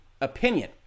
opinion